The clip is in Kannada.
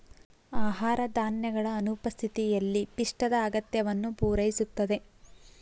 ಆಹಾರ ಧಾನ್ಯಗಳ ಅನುಪಸ್ಥಿತಿಯಲ್ಲಿ ಪಿಷ್ಟದ ಅಗತ್ಯವನ್ನು ಪೂರೈಸುತ್ತದೆ